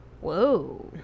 Whoa